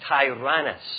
Tyrannus